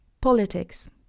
politics